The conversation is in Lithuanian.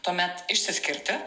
tuomet išsiskirti